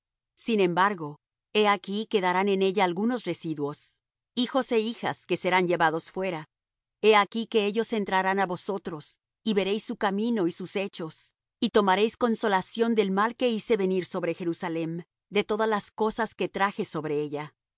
sin embargo he aquí quedarán en ella algunos residuos hijos é hijas que serán llevados fuera he aquí que ellos entrarán á vosotros y veréis su camino y sus hechos y tomaréis consolación del mal que hice venir sobre jerusalem de todas las cosas que traje sobre ella